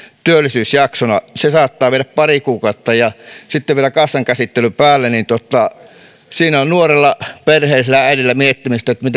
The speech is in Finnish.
työllisyysjaksona saattaa viedä pari kuukautta ja sitten vielä kassan käsittely päälle niin siinä on nuorella perheellisellä äidillä miettimistä että